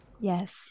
Yes